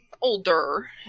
older